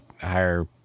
higher